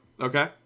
Okay